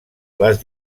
les